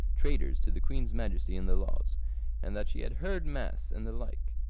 traitors to the queen's majesty and the laws and that she had heard mass, and the like.